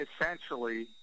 essentially